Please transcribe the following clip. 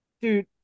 Dude